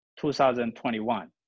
2021